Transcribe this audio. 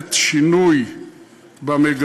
בהחלט נביא לשינוי במגמה.